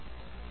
384 1